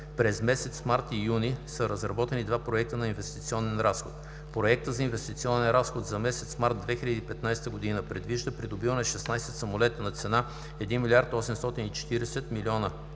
През месец март и юни са разработени два проекта на инвестиционен разход. Проектът за инвестиционен разход за месец март 2015 г. предвижда придобиване на 16 самолета на цена от 1,84 млрд.